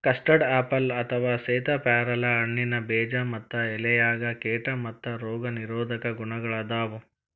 custard apple ಅಥವಾ ಸೇತಾಪ್ಯಾರಲ ಹಣ್ಣಿನ ಬೇಜ ಮತ್ತ ಎಲೆಯಾಗ ಕೇಟಾ ಮತ್ತ ರೋಗ ನಿರೋಧಕ ಗುಣಗಳಾದಾವು